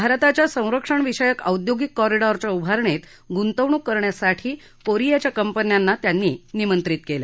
भारताच्या संरक्षणविषयक औदयोगिक कॉरिडॉरच्या उभारणीत गुंतवणूक करण्यासाठी कोरियाच्या कंपन्यांना त्यांनी निमंत्रित केलं